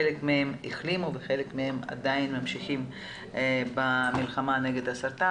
חלק מהן החלימו וחלק עדין ממשיכות במלחמה נגד הסרטן.